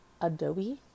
Adobe